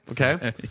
okay